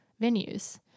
venues